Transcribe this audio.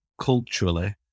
culturally